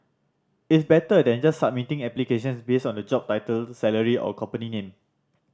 it's better than just submitting applications based on the job title salary or company name